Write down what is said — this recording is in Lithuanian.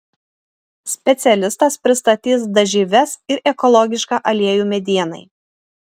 specialistas pristatys dažyves ir ekologišką aliejų medienai